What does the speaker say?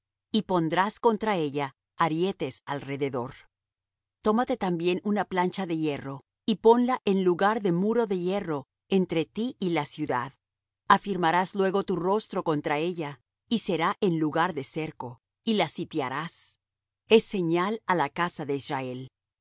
y pondrás contra ella arietes alrededor tómate también una plancha de hierro y ponla en lugar de muro de hierro entre ti y la ciudad afirmarás luego tu rostro contra ella y será en lugar de cerco y la sitiarás es señal á la casa de israel